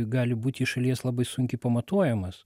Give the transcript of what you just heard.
gali būti iš šalies labai sunkiai pamatuojamas